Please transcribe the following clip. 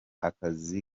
akazi